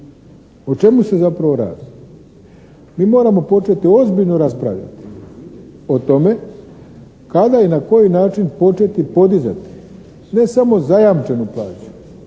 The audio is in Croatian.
O čemu se zapravo radi? Mi moramo početi ozbiljno raspravljati o tome kada i na koji način početi podizati ne samo zajamčenu plaću